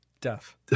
deaf